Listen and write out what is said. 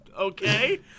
Okay